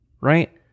right